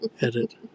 edit